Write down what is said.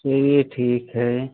चलिए ठीक है